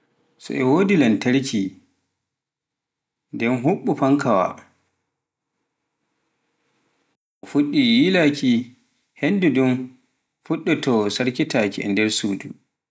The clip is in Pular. so woodi lamtarkiji, ndeen huɓɓu fankawaa, so o fuɗɗii yirlaadeki, henndu nduu fuɗɗotoo sarkitaaki e nder suudu.